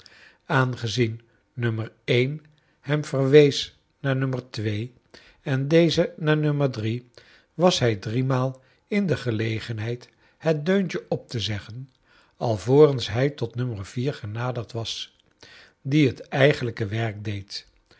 aangezien nummer één hem verwees naar nu twee en deze naar nommer drie was hij driemaal in de gelegenheid het deuntje op te zeggon alvorens h tot nommer vier genaderd was die het eigenlijke werk deed